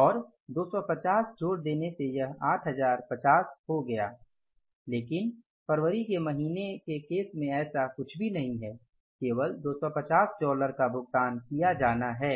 और २५० जोड़ देने से यह 8050 हो गया लेकिन फरवरी के महीने के केस में ऐसा कुछ भी नहीं है केवल 250 डॉलर का भुगतान किया जाना है